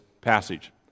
passage